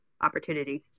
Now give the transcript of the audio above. opportunities